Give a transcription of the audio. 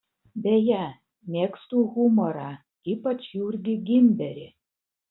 beje mėgstu humorą ypač jurgį gimberį